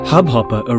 Hubhopper